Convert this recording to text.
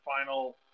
final